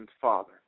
Father